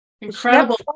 incredible